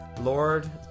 lord